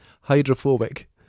hydrophobic